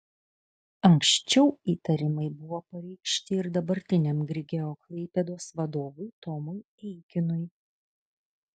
anksčiau įtarimai buvo pareikšti ir dabartiniam grigeo klaipėdos vadovui tomui eikinui